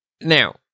Now